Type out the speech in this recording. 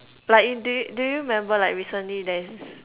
like y~ do you do you remember like recently there's